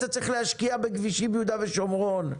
אתה צריך להשקיע בכבישי יהודה ושומרון,